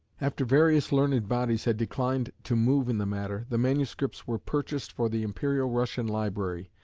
after various learned bodies had declined to move in the matter the manuscripts were purchased for the imperial russian library.